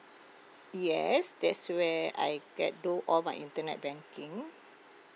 yes that's where I get do all my internet banking